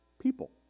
People